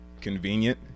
convenient